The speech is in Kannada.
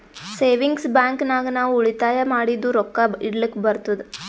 ಸೇವಿಂಗ್ಸ್ ಬ್ಯಾಂಕ್ ನಾಗ್ ನಾವ್ ಉಳಿತಾಯ ಮಾಡಿದು ರೊಕ್ಕಾ ಇಡ್ಲಕ್ ಬರ್ತುದ್